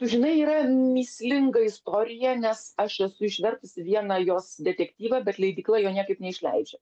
žinai yra mįslinga istorija nes aš esu išvertusi vieną jos detektyvą bet leidykla jo niekaip neišleidžia